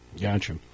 Gotcha